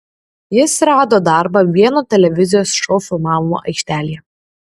jis rado darbą vieno televizijos šou filmavimo aikštelėje